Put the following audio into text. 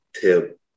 tip